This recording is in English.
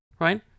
right